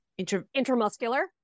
Intramuscular